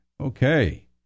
Okay